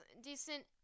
decent